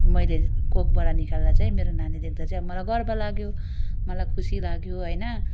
मैले कोखबाट निकाल्दा चाहिँ मेरो नानी देख्दा चाहिँ अब मलाई गर्व लाग्यो मलाई खुसी लाग्यो होइन